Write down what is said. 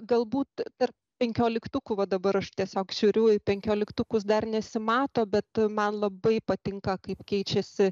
galbūt ir penkioliktukų va dabar aš tiesiog žiūriu į penkioliktukus dar nesimato bet man labai patinka kaip keičiasi